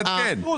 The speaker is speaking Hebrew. החוק.